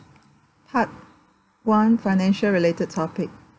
part one financial related topic